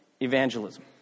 evangelism